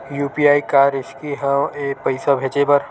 UPI का रिसकी हंव ए पईसा भेजे बर?